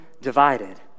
divided